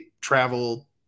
Travel